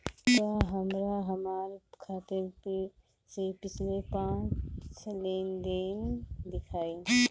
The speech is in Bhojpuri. कृपया हमरा हमार खाते से पिछले पांच लेन देन दिखाइ